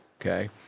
okay